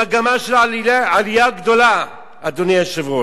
במגמה של עלייה גדולה, אדוני היושב-ראש,